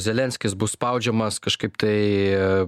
zelenskis bus spaudžiamas kažkaip tai